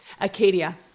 Acadia